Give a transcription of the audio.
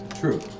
True